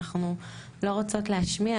אנחנו לא רוצות להשמיע,